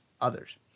others